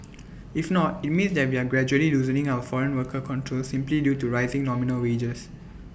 if not IT means that we are gradually loosening our foreign worker controls simply due to rising nominal wages